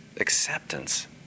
acceptance